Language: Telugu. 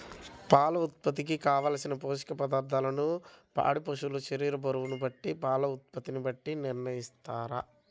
పాల ఉత్పత్తి కొరకు, కావలసిన పోషక పదార్ధములను పాడి పశువు శరీర బరువును బట్టి పాల ఉత్పత్తిని బట్టి నిర్ణయిస్తారా?